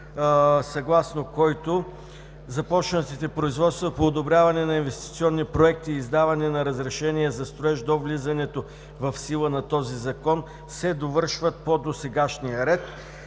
съгласно който започнатите производства по одобряване на инвестиционни проекти и издаване на разрешения за строеж до влизането в сила на този Закон се довършват по досегашния ред.